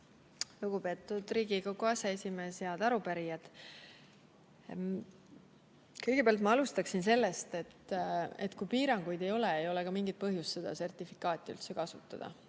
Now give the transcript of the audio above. Lugupeetud Riigikogu aseesimees! Head arupärijad! Kõigepealt ma alustaksin sellest, et kui piiranguid ei ole, ei ole ka mingit põhjust seda sertifikaati kasutada,